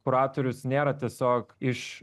kuratorius nėra tiesiog iš